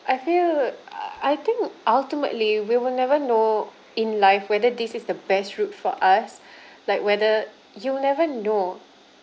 I feel I think ultimately we will never know in life whether this is the best route for us like whether you never know